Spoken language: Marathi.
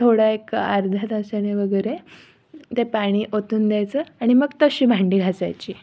थोडा एक अर्ध्या तासाने वगैरे ते पाणी ओतून द्यायचं आणि मग तशी भांडी घासायची